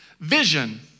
vision